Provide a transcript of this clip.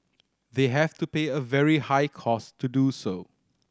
they have to pay a very high cost to do so